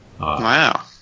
Wow